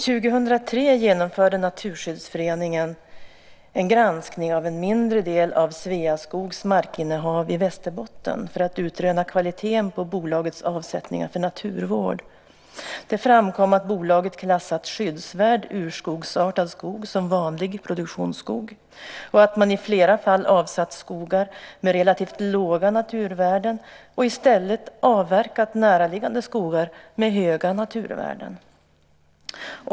År 2003 genomförde Naturskyddsföreningen en granskning av en mindre del av Sveaskogs markinnehav i Västerbotten för att utröna kvaliteten på bolagets avsättningar för naturvård. Det framkom att bolaget klassat skyddsvärd urskogsartad skog som vanlig produktionsskog och att man i flera fall avsatt skogar med relativt låga naturvärden och i stället avverkat näraliggande skogar med höga naturvärden.